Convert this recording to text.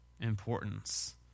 importance